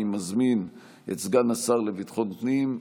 אני מזמין את סגן השר לביטחון פנים,